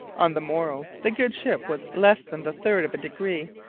on the morrow the good ship was less than the third of a degree,